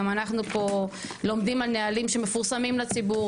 גם אנחנו פה לומדים על נהלים שמפורסמים לציבור.